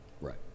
Right